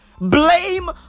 Blame